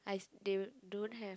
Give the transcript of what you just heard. I they don't have